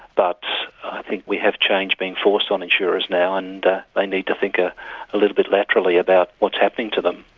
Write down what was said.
but i think we have change being forced on insurers now, and they need to think a ah little bit laterally about what's happening to them.